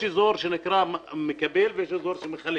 יש אזור שנקרא מקבל ויש אזור שמחלק.